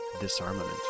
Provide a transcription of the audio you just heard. disarmament